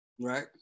Right